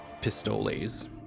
pistoles